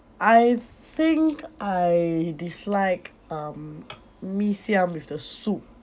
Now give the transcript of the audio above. I think I dislike um mee siam with the soup